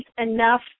enough